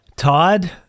Todd